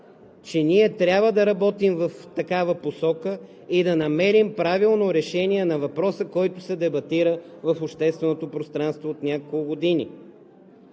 че ние трябва да работим в такава посока и да намерим правилно решение на въпроса, който се дебатира в общественото пространство от няколко години.